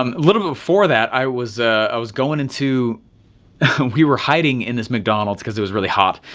um little before that, i was i was going into we were hiding in this mcdonald's cause it was really hot.